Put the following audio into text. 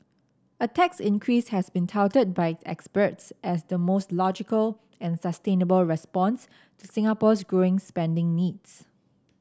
a tax increase has been touted by experts as the most logical and sustainable response to Singapore's growing spending needs